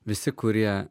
visi kurie